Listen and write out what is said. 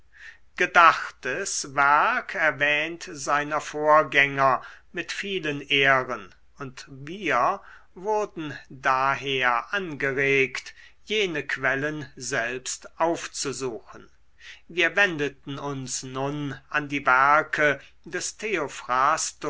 gedachtes werk erwähnt seiner vorgänger mit vielen ehren und wir wurden daher angeregt jene quellen selbst aufzusuchen wir wendeten uns nun an die werke des